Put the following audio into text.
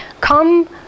Come